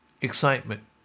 excitement